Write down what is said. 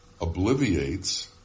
obliviates